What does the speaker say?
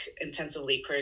intensively